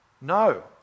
No